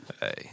Hey